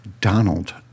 Donald